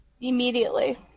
immediately